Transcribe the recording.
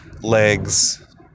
legs